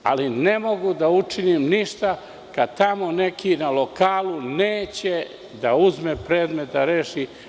Ali, ne mogu da učinim ništa kad tamo neki na lokalu neće da uzme predmet da reši.